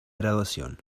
graduación